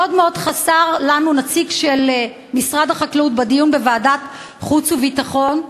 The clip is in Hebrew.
מאוד מאוד חסר לנו נציג של משרד החקלאות בדיון בוועדת חוץ וביטחון,